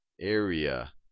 Area